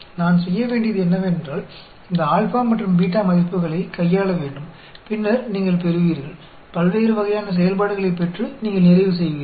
நான் செய்ய வேண்டியது என்னவென்றால் இந்த α மற்றும் β மதிப்புகளைக் கையாள வேண்டும் பின்னர் நீங்கள் பெறுவீர்கள் பல்வேறு வகையான செயல்பாடுகளைப் பெற்று நீங்கள் நிறைவு செய்வீர்கள்